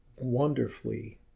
wonderfully